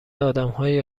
آدمهای